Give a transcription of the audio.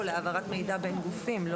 מידע בין גופים.